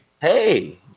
Hey